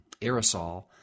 aerosol